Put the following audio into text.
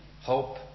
hope